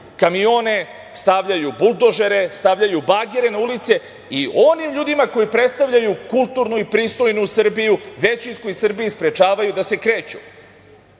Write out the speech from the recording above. kamione, stavljaju buldožere, stavljaju bagere na ulice i onim ljudima koji predstavljaju kulturnu i pristojnu Srbiju, većinskoj Srbiji sprečavaju da se kreću.